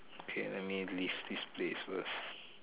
okay let me leave this place first